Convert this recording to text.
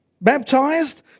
baptized